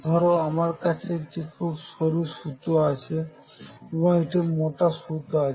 ধরো আমার কাছে একটি খুব সরু সুতো আছে এবং একটি মোটা সুতো আছে